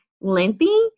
lengthy